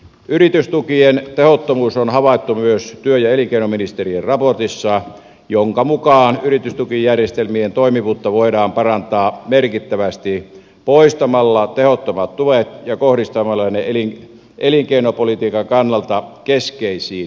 yritystukien tehottomuus on havaittu myös työ ja elinkeinoministeriön raportissa jonka mukaan yritystukijärjestelmien toimivuutta voidaan parantaa merkittävästi poistamalla tehottomat tuet ja kohdistamalla ne elinkeinopolitiikan kannalta keskeisiin kohteisiin